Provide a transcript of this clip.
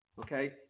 Okay